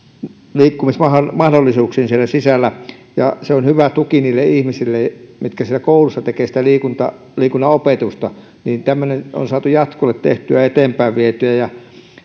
liikkumismahdollisuuksia siellä sisällä se on hyvä tuki niille ihmisille jotka koulussa tekevät sitä liikunnan opetusta tämmöinen on saatu jatkumaan eteenpäin vietyä